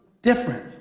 Different